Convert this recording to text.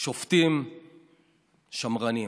שופטים שמרנים.